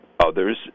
Others